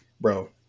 bro